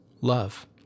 love